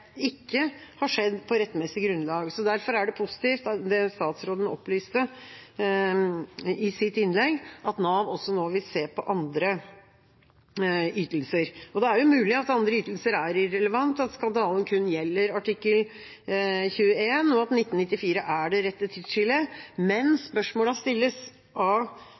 ikke har skjedd på rettmessig grunnlag. Derfor er det positivt, det som statsråden opplyste om i sitt innlegg, at Nav nå vil se på også andre ytelser. Det er mulig at andre ytelser er irrelevante, at skandalen kun gjelder artikkel 21, og at 1994 er det rette tidsskillet, men spørsmålene stilles,